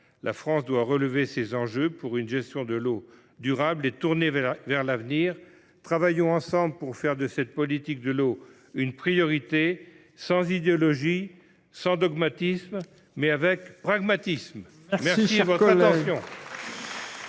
La France doit relever le défi d’une gestion de l’eau durable et tournée vers l’avenir. Travaillons ensemble pour faire de cette politique de l’eau une priorité, sans idéologie, sans dogmatisme, mais avec pragmatisme. Bravo ! Mes